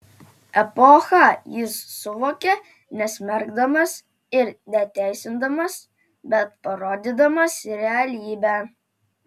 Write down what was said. epochą jis suvokia nesmerkdamas ir neteisindamas bet parodydamas realybę